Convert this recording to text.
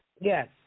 Yes